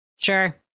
Sure